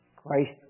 Christ